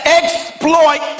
exploit